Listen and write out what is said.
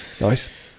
nice